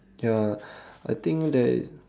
ya I think that